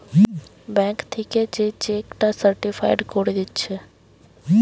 bank থিকে যে cheque টা সার্টিফায়েড কোরে দিচ্ছে